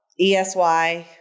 ESY